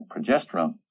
progesterone